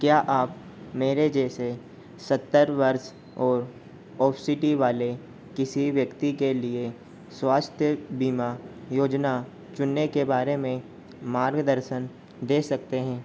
क्या आप मेरे जैसे सत्तर वर्ष और ऑबसिटी वाले किसी व्यक्ति के लिए स्वास्थ्य बीमा योजना चुनने के बारे में मार्गदर्शन दे सकते हैं